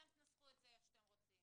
אתם תנסחו את זה איך שאתם רוצים.